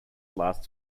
lasts